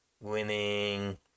winning